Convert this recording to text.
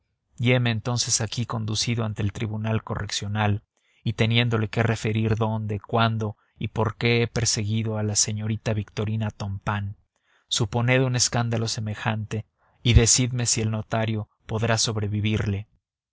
heme entonces aquí conducido ante el tribunal correccional y teniéndole que referir dónde cuándo y por qué he perseguido a la señorita victorina tompain suponed un escándalo semejante y decidme si el notario podrá sobrevivirle